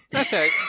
Okay